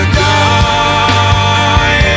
die